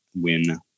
win